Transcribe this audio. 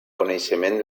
coneixement